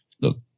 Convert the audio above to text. Look